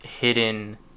hidden